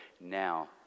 now